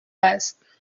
است